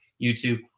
YouTube